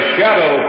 Shadow